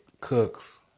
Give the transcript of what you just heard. cooks